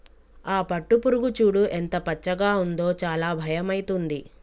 ఆ పట్టుపురుగు చూడు ఎంత పచ్చగా ఉందో చాలా భయమైతుంది